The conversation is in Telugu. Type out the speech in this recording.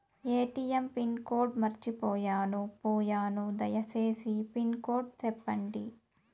ఎ.టి.ఎం పిన్ కోడ్ మర్చిపోయాను పోయాను దయసేసి పిన్ కోడ్ సెప్పండి?